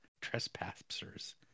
Trespassers